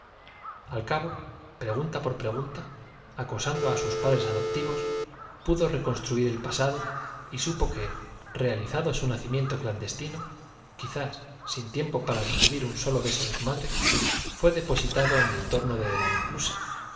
al cabo pregunta acosando á sus padres adoptivos pudo por pregunta reconstruir el pasado y supo que realizado su naci miento clandestino quizás sin tiempo para recibir un solo beso de su madre fué depositado en el torno de la inclusa